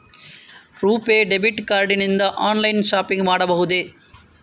RuPay debit card ನಿಂದ online shopping ಮಾಡಬಹುದೇ?